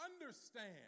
Understand